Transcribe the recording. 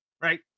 right